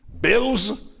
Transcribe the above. bills